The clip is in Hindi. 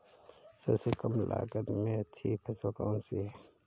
सबसे कम लागत में अच्छी फसल कौन सी है?